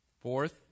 Fourth